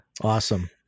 Awesome